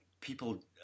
people